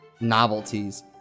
novelties